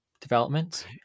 development